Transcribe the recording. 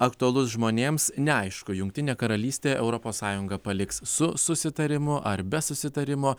aktualus žmonėms neaišku jungtinė karalystė europos sąjungą paliks su susitarimu ar be susitarimo